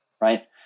right